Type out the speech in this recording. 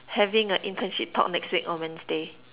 having a internship talk next week on Wednesday